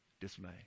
dismay